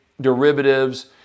derivatives